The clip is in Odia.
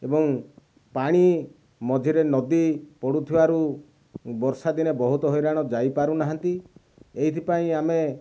ଏବଂ ପାଣି ମଝିରେ ନଦୀ ପଡ଼ୁଥିବାରୁ ବର୍ଷା ଦିନେ ବହୁତ ହଇରାଣ ଯାଇ ପାରୁନାହାନ୍ତି ଏଥିପାଇଁ ଆମେ